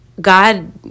God